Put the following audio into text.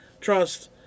Trust